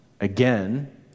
again